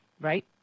Right